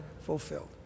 fulfilled